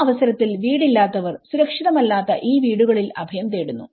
ആ അവസരത്തിൽ വീട് ഇല്ലാത്തവർ സുരക്ഷിതമല്ലാത്ത ഈ വീടുകളിൽ അഭയം തേടുന്നു